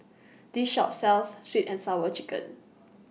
This Shop sells Sweet and Sour Chicken